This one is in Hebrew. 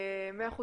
מאה אחוז.